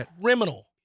criminal